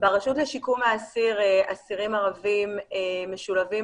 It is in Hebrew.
ברשות לשיקום האסיר אסירים ערבים משולבים